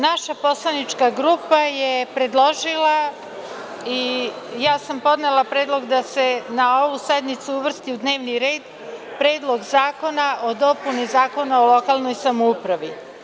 Naša poslanička grupa je predložila i ja sam podnela predlog da se na ovu sednicu uvrsti u dnevni red Predlog zakona o dopuni Zakona o lokalnoj samoupravi.